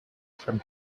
from